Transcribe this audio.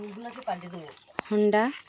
Honda